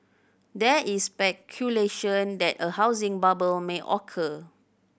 there is speculation that a housing bubble may occur